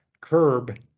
curb